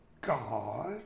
God